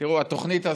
שבפעם הבאה